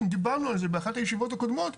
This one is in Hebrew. אנחנו דיברנו על זה באחת הישיבות הקודמות,